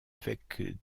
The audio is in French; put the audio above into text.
avec